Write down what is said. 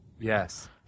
Yes